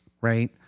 right